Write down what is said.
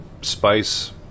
spice